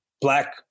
Black